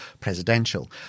presidential